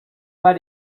pas